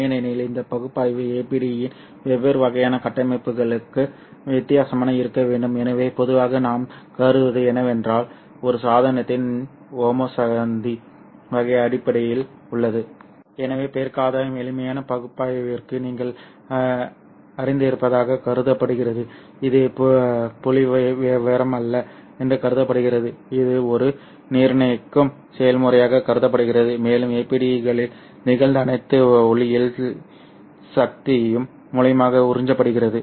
ஏனெனில் இந்த பகுப்பாய்வு APD இன் வெவ்வேறு வகையான கட்டமைப்புகளுக்கு வித்தியாசமாக இருக்க வேண்டும் எனவே பொதுவாக நாம் கருதுவது என்னவென்றால் ஒரு சாதனத்தின் ஹோமோ சந்தி வகை அடிப்படையில் உள்ளது எனவே பெருக்க ஆதாயம் எளிமையான பகுப்பாய்விற்கு நீங்கள் அறிந்திருப்பதாகக் கருதப்படுகிறது இது புள்ளிவிவரமல்ல என்று கருதப்படுகிறது இது ஒரு நிர்ணயிக்கும் செயல்முறையாக கருதப்படுகிறது மேலும் APD களில் நிகழ்ந்த அனைத்து ஒளியியல் சக்தியும் முழுமையாக உறிஞ்சப்படுகிறது